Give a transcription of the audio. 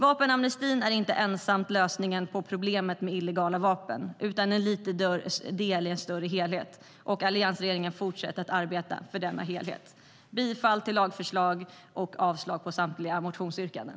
Vapenamnesti är inte ensam lösning på problemet med illegala vapen utan en liten del i en större helhet. Alliansregeringen fortsätter att arbeta för denna helhet. Jag yrkar bifall till lagförslaget och avslag på samtliga motionsyrkanden.